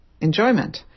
enjoyment